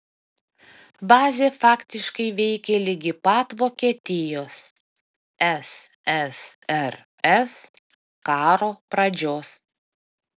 bazė faktiškai veikė ligi pat vokietijos ssrs karo pradžios